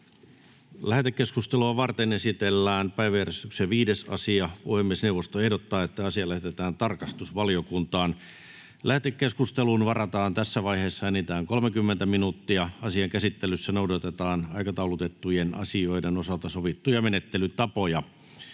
Lähetekeskustelua varten esitellään päiväjärjestyksen 4. asia. Puhemiesneuvosto ehdottaa, että asia lähetetään valtiovarainvaliokuntaan. Lähetekeskusteluun varataan enintään 30 minuuttia. Asian käsittelyssä noudatetaan aikataulutettujen asioiden osalta sovittuja menettelytapoja.